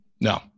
No